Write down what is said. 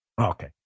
Okay